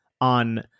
on